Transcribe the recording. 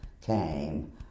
came